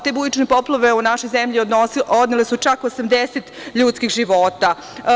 Te bujične poplave u našoj zemlji odnele su čak 80 ljudskih života.